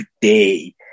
today